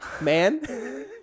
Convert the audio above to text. man